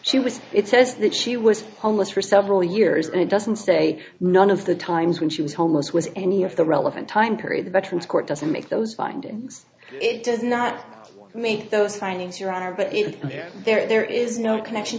she was it says that she was homeless for several years and it doesn't say none of the times when she was homeless was any of the relevant time period the veterans court doesn't make those findings it does not make those findings your honor but even there there is no connection